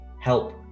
help